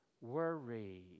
worry